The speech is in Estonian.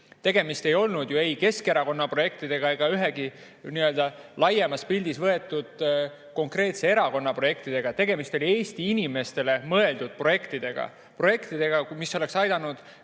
tegemist ei olnud ju ei Keskerakonna projektidega ega ühegi laiemas pildis võetud konkreetse erakonna projektidega. Tegemist oli Eesti inimestele mõeldud projektidega. Projektidega, mis oleks aidanud